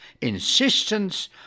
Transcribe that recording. insistence